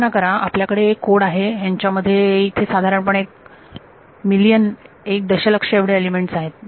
कल्पना करा आपल्याकडे कोड आहे त्यांच्यामध्ये येथे साधारणपणे एक दशलक्ष एवढे एलिमेंट्स आहेत